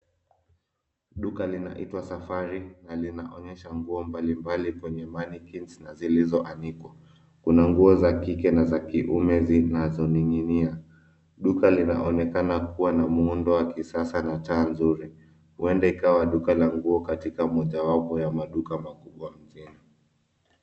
Duka linaitwa Safari na linaonyesha nguo mbalimbali kwenye mannequins na zilizoanikwa. Kuna nguo za kike na za kiume zinazoning'inia. Duka linaonekana kuwa na muundo wa kisasa na taa nzuri, huenda ikawa duka la nguo katika mojawapo ya maduka makubwa mjini.